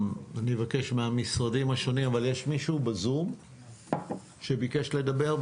יש מישהו בזום שביקש לדבר.